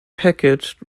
packaged